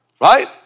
Right